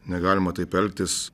negalima taip elgtis